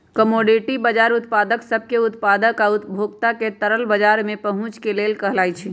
commodity बजार उत्पाद सब के उत्पादक आ उपभोक्ता के तरल बजार में पहुचे के लेल कहलाई छई